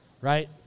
right